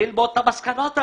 ללמוד את המסקנות הללו.